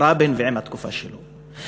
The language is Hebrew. רבין ועם התקופה שלו,